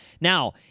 Now